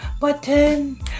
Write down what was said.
button